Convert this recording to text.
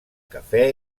cafè